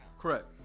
Correct